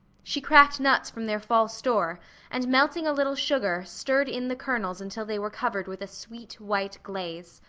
she cracked nuts from their fall store and melting a little sugar stirred in the kernels until they were covered with a sweet, white glaze.